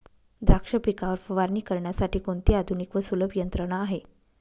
द्राक्ष पिकावर फवारणी करण्यासाठी कोणती आधुनिक व सुलभ यंत्रणा आहे?